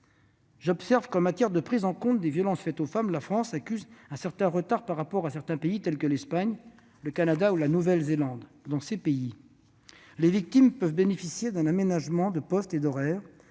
J'observe qu'en matière de prise en compte des violences faites aux femmes la France accuse un certain retard par rapport à des pays comme l'Espagne, le Canada ou la Nouvelle-Zélande. Dans ces pays, les victimes peuvent bénéficier d'un aménagement de poste et d'horaires,